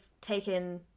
taken